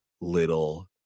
little